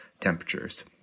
temperatures